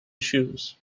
shoes